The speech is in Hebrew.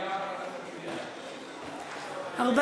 התשע"ד 2014, נתקבל.